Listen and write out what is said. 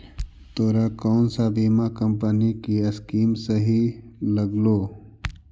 तोरा कौन सा बीमा कंपनी की स्कीम सही लागलो